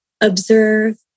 observe